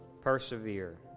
Persevere